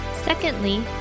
Secondly